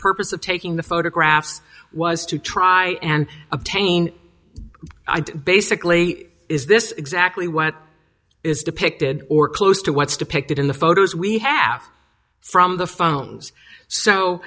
purpose of taking the photographs was to try and obtain basically is this exactly what is depicted or close to what's depicted in the photos we have from the phones so